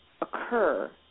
occur